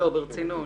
ברצינות.